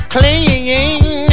Clean